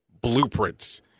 blueprints